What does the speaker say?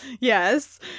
Yes